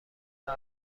مقر